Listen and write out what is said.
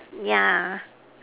yeah